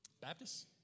Baptists